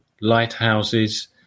lighthouses